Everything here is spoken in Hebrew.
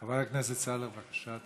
חבר הכנסת סאלח, בבקשה.